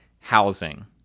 housing